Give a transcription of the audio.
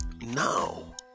now